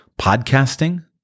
podcasting